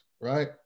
right